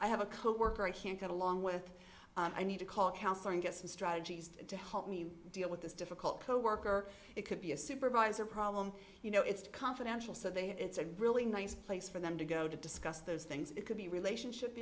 i have a coworker i can't get along with i need to call counsellor and get some strategies to help me deal with this difficult coworker it could be a supervisor problem you know it's confidential so they it's a really nice place for them to go to discuss those things it could be relationship